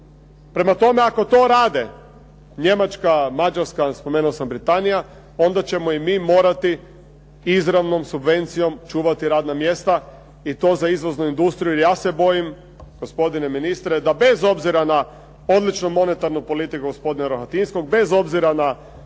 Prema tome, ako to rade Njemačka, Mađarska, spomenuo sam Britanija, onda ćemo i mi morati izravnom subvencijom čuvati radna mjesta i to za izvoznu industriju, jer ja se bojim gospodine ministre da bez obzira na odličnu monetarnu politiku gospodina Rohatinskog, bez obzira na